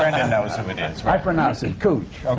i and ah so pronounce i pronounce it cooch.